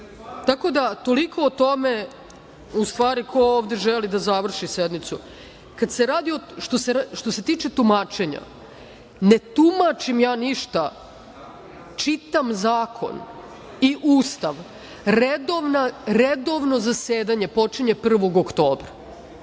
tako da toliko o tome ko ovde želi da završi sednicu. Što se tiče tumačenja, ne tumačim ja ništa, čitam zakon i Ustav. Redovno zasedanje počinje 1. oktobra.